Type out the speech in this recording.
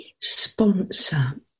sponsor